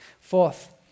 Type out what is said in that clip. Fourth